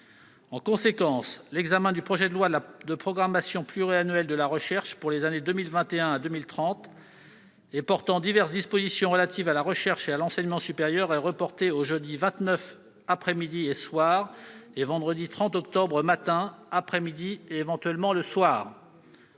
En conséquence, l'examen du projet de loi de programmation pluriannuelle de la recherche pour les années 2021 à 2030 et portant diverses dispositions relatives à la recherche et à l'enseignement supérieur est reporté aux jeudi 29, l'après-midi et le soir, et vendredi 30 octobre, le matin, l'après-midi et, éventuellement, le soir.